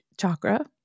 chakra